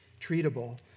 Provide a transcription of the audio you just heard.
treatable